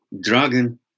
dragon